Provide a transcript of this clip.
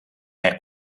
hij